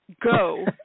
Go